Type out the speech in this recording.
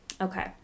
Okay